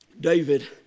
David